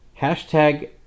hashtag